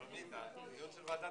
הישיבה ננעלה בשעה